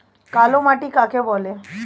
কালো মাটি কাকে বলে?